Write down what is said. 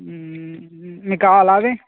మీకు కావాలా అవి